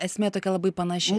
esmė tokia labai panaši